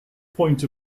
point